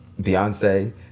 Beyonce